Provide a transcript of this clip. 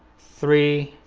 three,